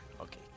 Okay